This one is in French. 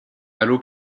halo